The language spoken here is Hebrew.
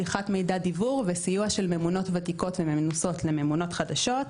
שליחת מידע דיוור וסיוע של ממונות ותיקות ומנוסות לממונות חדשות.